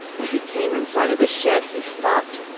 as he came in sight of the shed he stopped.